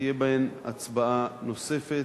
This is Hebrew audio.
תהיה בהם הצבעה נוספת,